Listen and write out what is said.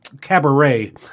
cabaret –